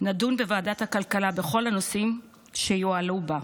נדון בוועדת הכלכלה בכל הנושאים שיועלו בה.